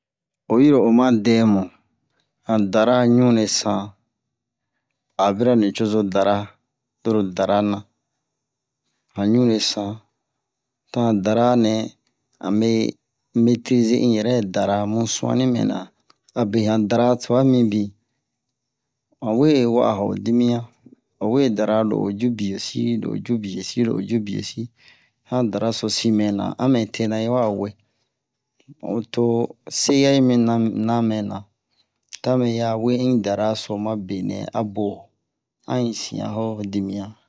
Oyi ro oma dɛmu han dara ɲure san a bira nucozo dara loro darana han ɲure san to han dara nɛ amɛ metirize un yɛrɛ dara mu su'ani mɛna abe han dara twa a mibin han we wa'a ho dimiyan owe dara lo o ju biyɛsi lo o ju biyɛsi han dara so sin mɛna mu a mɛ tena yiwa we mu to se ya yi mi se ya yi na mɛna to a mɛya we un dara so ma benɛ a bo an yi siyan ho dimiyan